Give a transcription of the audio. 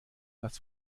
was